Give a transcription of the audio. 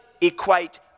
equate